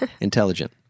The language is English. Intelligent